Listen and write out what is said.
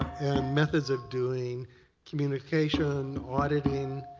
and methods of doing communication, auditing,